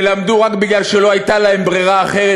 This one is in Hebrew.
שלמדו רק כי לא הייתה להם ברירה אחרת,